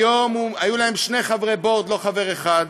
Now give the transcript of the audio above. היו להם שני חברי בורד, לא חבר אחד,